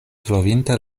trovinte